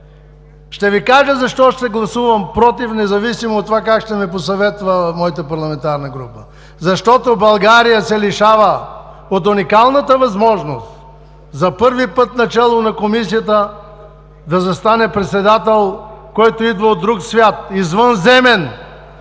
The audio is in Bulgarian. Ще Ви кажа защо ще гласувам „против“, независимо от това как ще ме посъветва моята парламентарна група. Защото България се лишава от уникалната възможност за първи път начело на Комисията да застане председател, който идва от друг свят, извънземен,